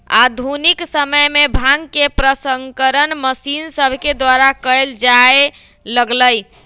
आधुनिक समय में भांग के प्रसंस्करण मशीन सभके द्वारा कएल जाय लगलइ